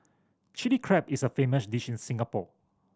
Chilli Crab is a famous dish in Singapore